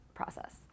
process